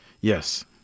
Yes